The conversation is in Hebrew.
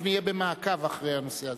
אנחנו נהיה במעקב אחרי הנושא הזה.